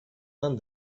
done